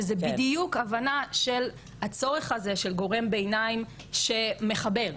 שזה בדיוק הבנה של הצורך הזה של גורם ביניים שמחבר,